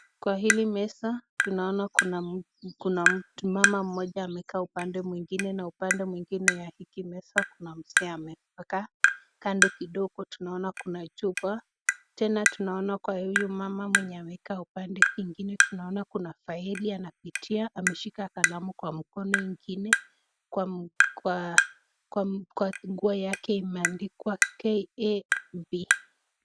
Kwa hili meza tunaona kuna mtu. Mama moja amekaa upande mwingine na upande mwingine wa meza kuna mzee amekaa. Kando kidogo tunaona kuna chupa. Tena tunaona kwa huyu mama amekaa upande mwingine kuna faili anapitia ameshika kalamu kwa mkono ingine. Kwa nguo yake imeandikwa KAV